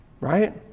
Right